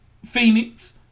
Phoenix